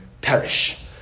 perish